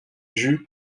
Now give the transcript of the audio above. jus